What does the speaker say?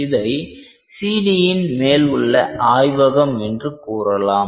இதை CDன் மேலுள்ள ஆய்வகம் என்று கூறலாம்